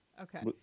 Okay